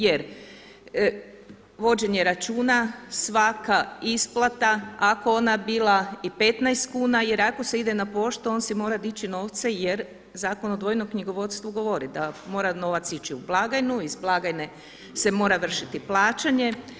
Jer vođenje računa svaka isplata ako ona bila i 15 kuna jer ako se ide na poštu on si mora dići novce jer Zakon o dvojnom knjigovodstvu govori da mora novac ići u blagajnu, iz blagajne se mora vršiti plaćanje.